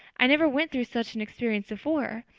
i never went through such an experience before.